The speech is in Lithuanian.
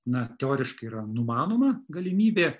na teoriškai yra numanoma galimybė